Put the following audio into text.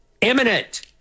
imminent